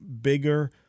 bigger